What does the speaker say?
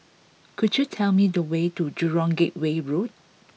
could you tell me the way to Jurong Gateway Road